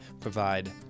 provide